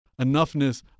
Enoughness